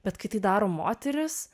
bet kai tai daro moteris